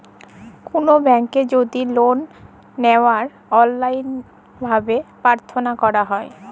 call ব্যাংকে যদি লল লিয়ার অললাইল ভাবে পার্থলা ক্যরা হ্যয়